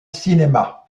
cinéma